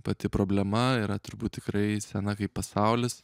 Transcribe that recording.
pati problema yra turbūt tikrai sena kaip pasaulis